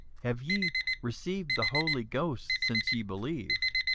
have ye received the holy ghost since ye believed?